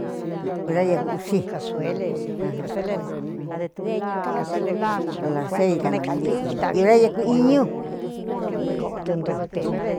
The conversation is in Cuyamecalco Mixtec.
Ura yeku uxi ujun janjan ala kanakuntityiyu urayeku iñu.